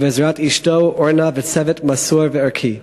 ובעזרת אשתו אורנה וצוות מסור וערכי.